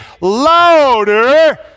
louder